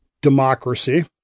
democracy